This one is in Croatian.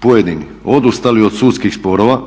pojedini odustali od sudskih sporova,